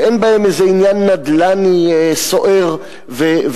שאין בהן איזה עניין נדל"ני סוער ותכוף.